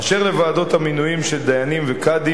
אשר לוועדות המינויים של דיינים וקאדים,